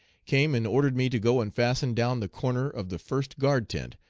came and ordered me to go and fasten down the corner of the first guard tent,